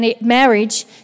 marriage